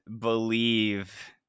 believe